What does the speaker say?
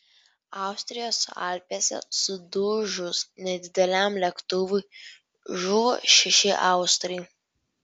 austrijos alpėse sudužus nedideliam lėktuvui žuvo šeši austrai